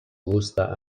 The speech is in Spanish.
gusta